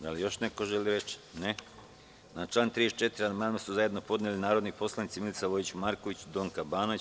Da li još neko želi reč? (Ne) Na član 34. amandman su zajedno podnele narodni poslanici Milica Vojić Marković i Donka Banović.